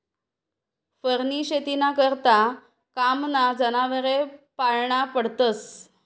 फरनी शेतीना करता कामना जनावरे पाळना पडतस